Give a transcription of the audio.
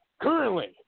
currently